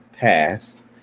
passed